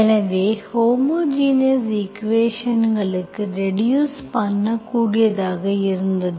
எனவே ஹோமோஜினஸ் ஈக்குவேஷன்ஸ்களுக்கு ரெடியூஸ் பண்ணக்கூடியதாக இருந்தது